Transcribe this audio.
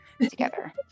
Together